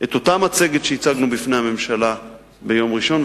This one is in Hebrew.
את אותה מצגת שהצגנו בפני הממשלה ביום ראשון,